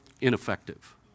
ineffective